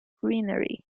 greenery